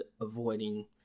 avoiding